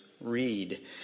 read